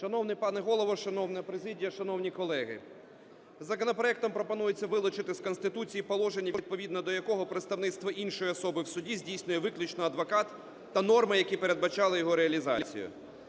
Шановний пане Голово, шановна президія, шановні колеги! Законопроектом пропонується вилучити з Конституції положення, відповідно до якого представництво іншої особи в суді здійснює виключно адвокат, та норми, які передбачали його реалізацію.